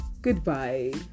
Goodbye